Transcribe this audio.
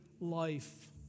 life